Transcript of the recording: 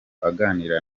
aganira